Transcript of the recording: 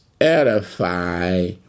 edify